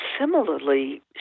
similarly